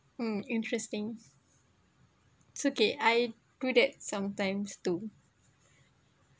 mm interesting it's okay I do that sometimes too